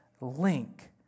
link